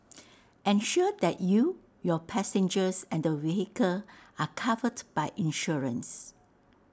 ensure that you your passengers and the vehicle are covered by insurance